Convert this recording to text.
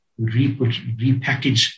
repackage